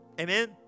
Amen